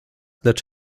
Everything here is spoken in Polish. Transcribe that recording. lecz